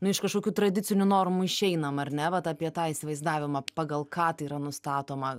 nu iš kažkokių tradicinių normų išeinam ar ne vat apie tą įsivaizdavimą pagal ką tai yra nustatoma